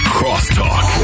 Crosstalk